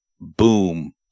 boom